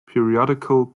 periodical